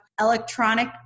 electronic